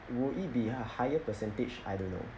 would it be a higher percentage I don't know